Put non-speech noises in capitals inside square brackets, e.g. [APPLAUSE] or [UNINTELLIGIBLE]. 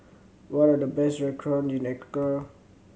what are the best [UNINTELLIGIBLE] in Accra